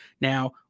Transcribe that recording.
Now